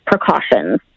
precautions